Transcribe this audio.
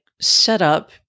setup